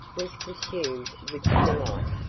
was consumed with delight.